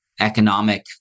economic